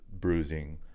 bruising